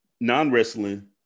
Non-wrestling